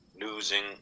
losing